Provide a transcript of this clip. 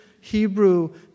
Hebrew